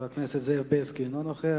חבר הכנסת זאב בילסקי, אינו נוכח.